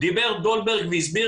הוא מתחיל לדבר איתך ובסוף אומר